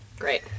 Great